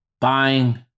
buying